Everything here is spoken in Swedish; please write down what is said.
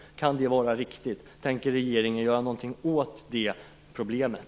Kan det vara riktigt? Tänker regeringen göra något åt det problemet?